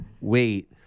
wait